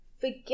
forget